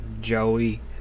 Joey